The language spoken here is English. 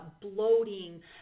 bloating